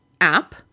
app